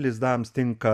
lizdams tinka